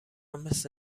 مثل